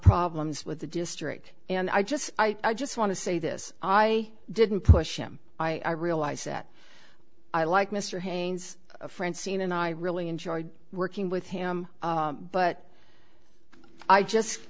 problems with the district and i just i just want to say this i didn't push him i realize that i like mr haynes francine and i really enjoyed working with him but i just